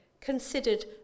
considered